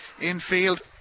infield